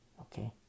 okay